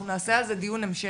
אנחנו נעשה על זה דיון המשך.